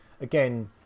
again